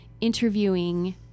interviewing